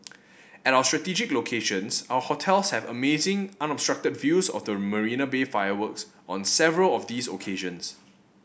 at our strategic locations our hotels have amazing unobstructed views of the Marina Bay fireworks on several of these occasions